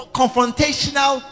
confrontational